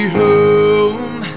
home